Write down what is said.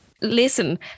Listen